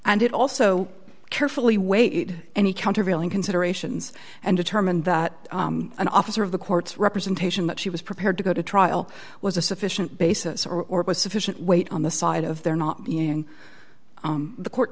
and it also carefully weighed any countervailing considerations and determined that an officer of the court's representation that she was prepared to go to trial was a sufficient basis or a sufficient weight on the side of there not being the court